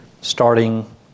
starting